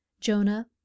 Jonah